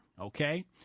okay